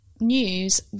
news